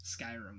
Skyrim